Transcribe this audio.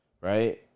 right